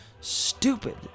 stupid